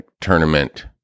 tournament